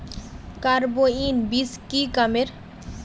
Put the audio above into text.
Carbine बीस की कमेर?